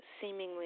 seemingly